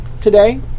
today